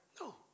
No